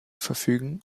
verfügen